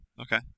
Okay